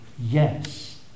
yes